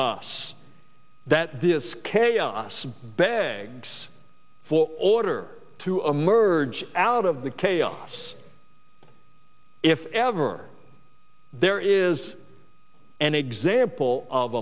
us that this chaos bags full order to a merge out of the chaos if ever there is an example of